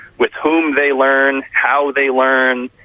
with whom they learn, how they learn.